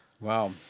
Wow